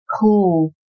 cool